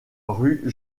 rue